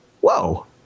whoa